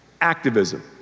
activism